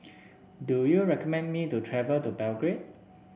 do you recommend me to travel to Belgrade